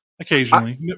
occasionally